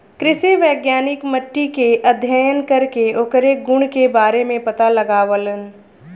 कृषि वैज्ञानिक मट्टी के अध्ययन करके ओकरे गुण के बारे में पता लगावलन